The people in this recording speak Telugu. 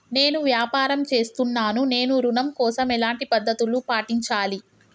నేను వ్యాపారం చేస్తున్నాను నేను ఋణం కోసం ఎలాంటి పద్దతులు పాటించాలి?